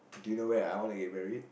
do you know where I wanna get married